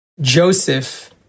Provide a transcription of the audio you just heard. Joseph